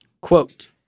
Quote